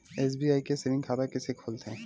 SBI के saving खाता कइसे खोलथे?